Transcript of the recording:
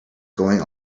going